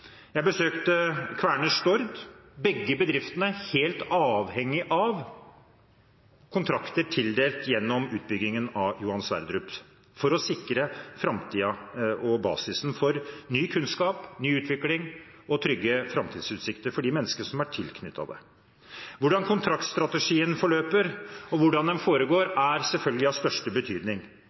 Jeg besøkte Kværner Stord. Begge bedriftene er helt avhengige av kontrakter tildelt gjennom utbyggingen av Johan Sverdrup for å sikre framtiden og basisen for ny kunnskap, ny utvikling og trygge framtidsutsikter for de menneskene som er tilknyttet der. Hvordan kontraktsstrategien forløper, og hvordan den foregår, er selvfølgelig av største betydning.